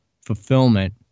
fulfillment